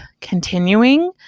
continuing